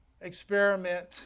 experiment